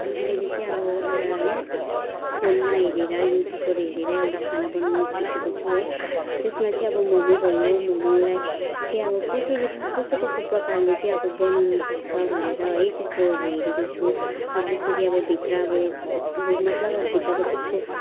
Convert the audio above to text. यो मैले चाहिँ अब एउटा है फोनमा हेरेर युटुबहरू हेरेर एउटा खाना बनाउनु सिकेको छु है त्यसमा चाहिँ अब मोमो भयो मोमोलाई चाहिँ अब कसरी कस्तो कस्तो प्रकारले चाहिँ अब बनाउन सक्छ भनेर है त्यस्तोहरू हेरेको छु अब जस्तो कि अब भित्र अब अब मतलब अब भित्रको त्यसको